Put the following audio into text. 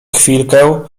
chwilkę